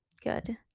good